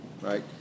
right